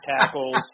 tackles